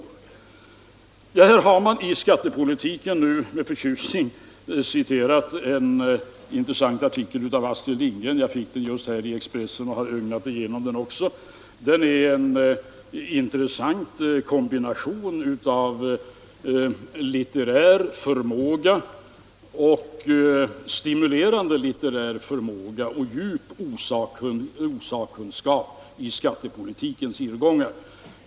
I den skattepolitiska debatten har man nu med förtjusning citerat en artikel av Astrid Lindgren. Jag fick just Expressen och har ögnat igenom artikeln. Den är en intressant kombination av stimulerande litterär förmåga och djup osakkunskap i skattepolitikens irrgångar.